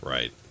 Right